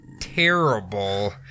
terrible